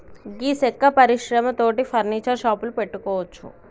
గీ సెక్క పరిశ్రమ తోటి ఫర్నీచర్ షాపులు పెట్టుకోవచ్చు